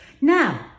now